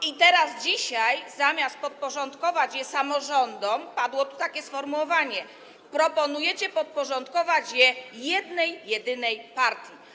I teraz, dzisiaj, zamiast podporządkować je samorządom, padło tu takie sformułowanie, proponujecie podporządkować je jednej jedynej partii.